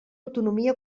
autonomia